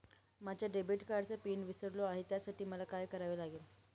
माझ्या डेबिट कार्डचा पिन विसरले आहे त्यासाठी मला काय करावे लागेल?